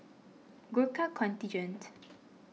Gurkha Contingent